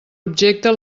objecte